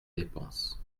dépenses